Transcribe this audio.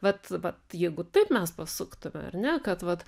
vat vat jeigu taip mes pasuktume ar ne kad vat